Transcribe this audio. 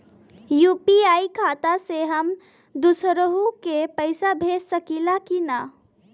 UPI खाता से हम दुसरहु के पैसा भेज सकीला की ना?